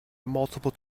multiple